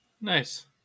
Nice